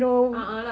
a'ah lah